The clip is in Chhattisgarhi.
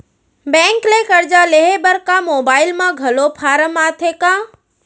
बैंक ले करजा लेहे बर का मोबाइल म घलो फार्म आथे का?